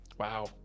Wow